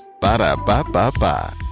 Ba-da-ba-ba-ba